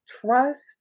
trust